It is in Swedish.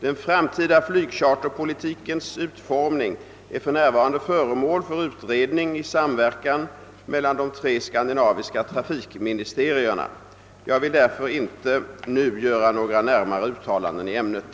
Den framtida flygcharterpolitikens utformning är för närvarande föremål för utredning i samverkan mellan de tre skandinaviska trafikministerierna. Jag vill därför inte nu göra några närmare uttalanden i ämnet.